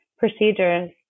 Procedures